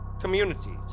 Communities